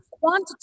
quantity